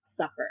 suffer